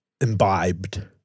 imbibed